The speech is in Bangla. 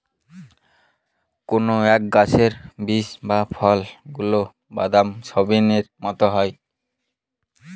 কোনো এক গাছের বীজ বা ফল যেগুলা বাদাম, সোয়াবিনের মতো হয়